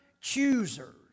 choosers